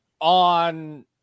On